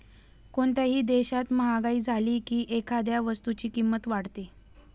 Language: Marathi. कोणत्याही देशात महागाई झाली की एखाद्या वस्तूची किंमत वाढते